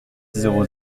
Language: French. zéro